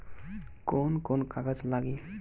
कौन कौन कागज लागी?